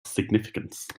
significance